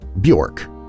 Bjork